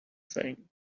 thing